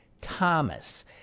Thomas